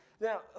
Now